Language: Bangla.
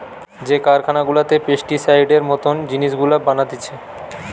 যে কারখানা গুলাতে পেস্টিসাইডের মত জিনিস গুলা বানাতিছে